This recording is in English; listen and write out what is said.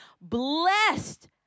Blessed